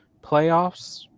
playoffs